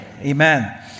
Amen